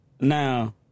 Now